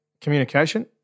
communication